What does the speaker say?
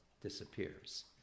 disappears